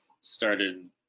started